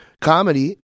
comedy